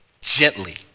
gently